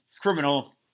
criminal